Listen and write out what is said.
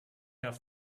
have